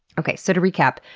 okay, so to recap.